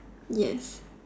ya